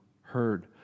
heard